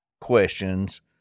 questions